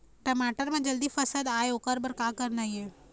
टमाटर म जल्दी फल आय ओकर बर का करना ये?